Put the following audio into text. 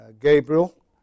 Gabriel